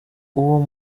uwo